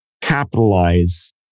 capitalize